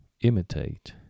imitate